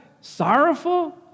Sorrowful